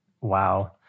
Wow